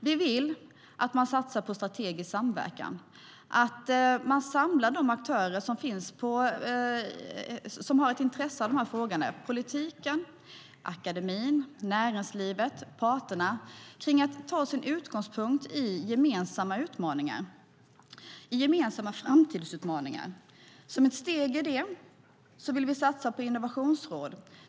Vi vill att man satsar på strategisk samverkan, att man samlar de aktörer som har ett intresse av de här frågorna - politiken, akademin, näringslivet och parterna - med utgångspunkt i gemensamma framtidsutmaningar. Som ett steg i detta vill vi satsa på innovationsråd.